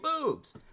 boobs